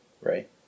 right